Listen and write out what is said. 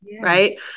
right